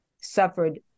suffered